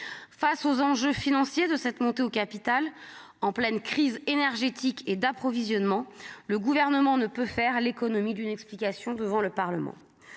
face aux enjeux financiers de cette montée au capital en pleine crise énergétique et d'approvisionnement, le gouvernement ne peut faire l'économie d'une explication devant le Parlement,